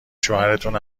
شوهرتون